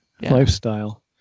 lifestyle